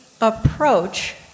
approach